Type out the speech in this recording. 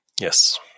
Yes